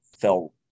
fell